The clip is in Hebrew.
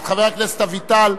את חבר הכנסת אביטל,